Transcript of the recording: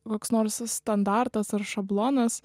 koks nors standartas ar šablonas